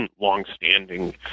longstanding